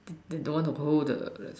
th~ then don't want to hold the rest